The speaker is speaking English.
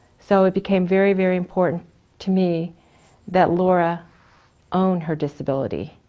so it became very, very important to me that laura own her disability.